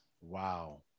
Wow